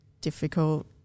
difficult